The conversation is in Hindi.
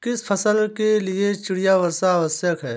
किस फसल के लिए चिड़िया वर्षा आवश्यक है?